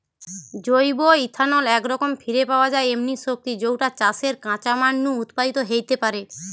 জৈব ইথানল একরকম ফিরে পাওয়া যায় এমনি শক্তি যৌটা চাষের কাঁচামাল নু উৎপাদিত হেইতে পারে